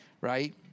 right